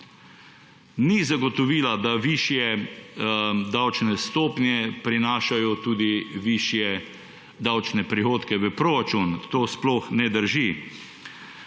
Ni zagotovila, da višje davčne stopnje prinašajo tudi višje davčne prihodke v proračun. To sploh ne drži.